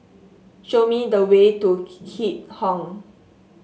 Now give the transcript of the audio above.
show me the way to Keat Hong